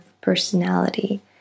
personality